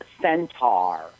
Centaur